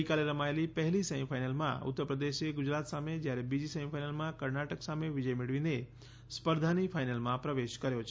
ગઈકાલે રમાયેલી પહેલી સેમીફાઈનલમાં ઉત્તરપ્રદેશ ગુજરાત સામે જ્યારે બીજી સેમીફાઈનલમાં કર્ણાટક સામે વિજય મેળવીને સ્પર્ધાની ફાઈનલમાં પ્રવેશ કર્યો છે